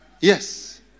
Yes